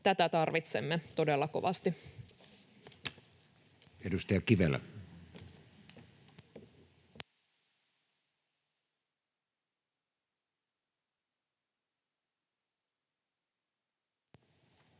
Tätä tarvitsemme todella kovasti. Edustaja Kivelä. Arvoisa